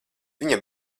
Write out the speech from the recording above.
viņa